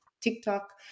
TikTok